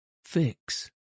Fix